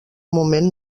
moment